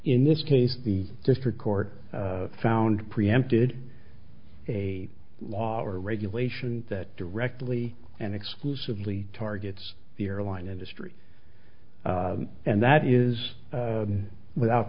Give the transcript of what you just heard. in this case the district court found preempted a law or regulation that directly and exclusively targets the airline industry and that is without